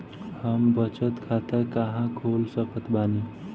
हम बचत खाता कहां खोल सकत बानी?